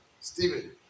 Stephen